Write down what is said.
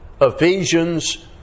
Ephesians